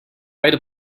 write